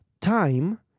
time